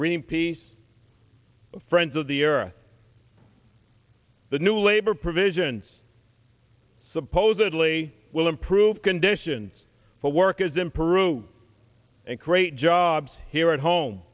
greenpeace friends of the earth the new labor provisions supposedly will improve conditions for workers in peru and create jobs here at home